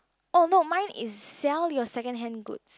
oh no mine is sell your second hand goods